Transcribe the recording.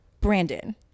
Brandon